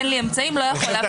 אין לי אמצעים אני לא יכול להפקיד